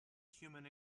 human